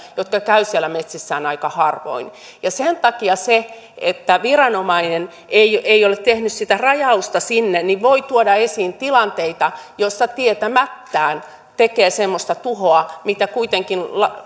jotka käyvät siellä metsissään aika harvoin sen takia se että viranomainen ei ole tehnyt sitä rajausta sinne voi tuoda esiin tilanteita joissa tietämättään tekee semmoista tuhoa